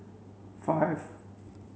five